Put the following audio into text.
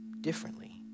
differently